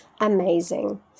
Amazing